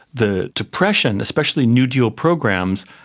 the depression, especially new deal programs,